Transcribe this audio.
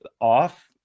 off